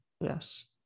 Yes